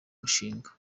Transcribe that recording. mushinga